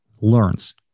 learns